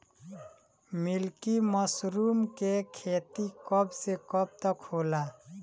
Milky mushroom के खेती कब से कब तक होला?